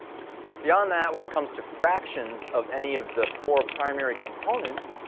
beyond that, when it come to fractions of any of the four primary components.